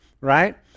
right